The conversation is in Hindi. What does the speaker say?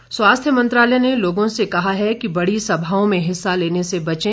सावधानी कोरोना स्वास्थ्य मंत्रालय ने लोगों से कहा है कि बड़ी सभाओं में हिस्सा लेने से बचें